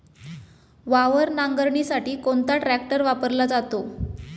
वावर नांगरणीसाठी कोणता ट्रॅक्टर वापरला जातो?